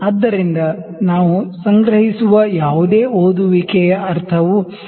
ಆದ್ದರಿಂದ ನಾವು ಸಂಗ್ರಹಿಸುವ ಯಾವುದೇ ರೀಡಿಂಗ್ ನ ಅರ್ಥವು ನಾನು 50